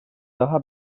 daha